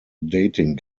dating